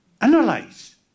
analyze